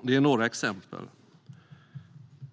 Detta är några exempel.